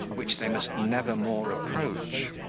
which they must never more approach.